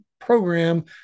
Program